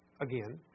Again